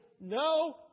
no